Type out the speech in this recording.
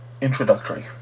introductory